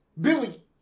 billy